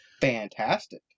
Fantastic